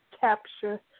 capture